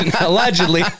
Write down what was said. allegedly